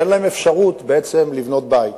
שאין להם אפשרות בעצם לבנות בית.